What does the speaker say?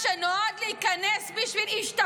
גם אם תנסה למחוק את העבר ולשנות את המציאות,